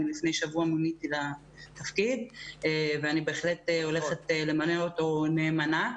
אני לפני שבוע מוניתי לתפקיד ואני בהחלט הולכת למלא אותו נאמנה.